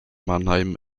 mannheim